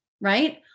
right